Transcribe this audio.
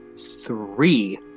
three